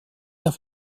auf